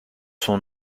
son